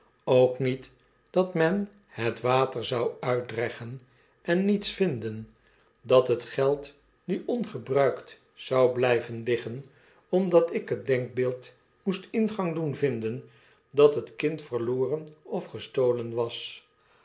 ook niet dat men het water zou uitdreggen en niets vinden dat het geld nu ongebruikt zou bly ven liggen omdat ik het denkbeeld moest ingang doen vinden dat het kind verloren of gestolen was